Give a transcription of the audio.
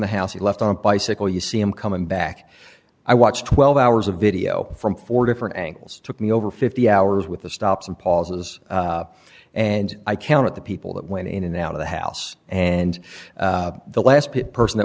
the house he left on a bicycle you see him coming back i watched twelve hours of video from four different angles took me over fifty hours with the stops and pauses and i count the people that went in and out of the house and the last person that